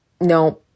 no